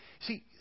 See